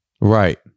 Right